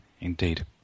indeed